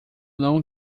não